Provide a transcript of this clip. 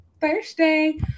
Thursday